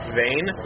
vein